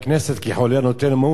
כי חולה הנוטה למות,